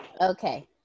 Okay